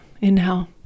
Inhale